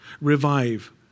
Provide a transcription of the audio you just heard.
Revive